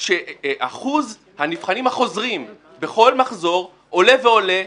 שאחוז הנבחנים החוזרים בכל מחזור עולה ועולה,